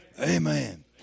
Amen